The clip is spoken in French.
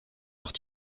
leurs